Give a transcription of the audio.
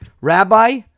Rabbi